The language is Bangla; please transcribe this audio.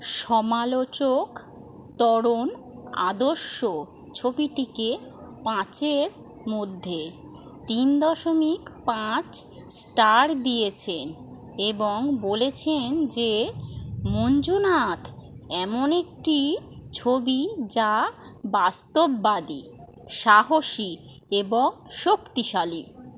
সমালোচক তরণ আদর্শ ছবিটিকে পাঁচের মধ্যে তিন দশমিক পাঁচ স্টার দিয়েছেন এবং বলেছেন যে মঞ্জুনাথ এমন একটি ছবি যা বাস্তববাদী সাহসী এবং শক্তিশালী